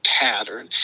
pattern